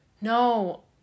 no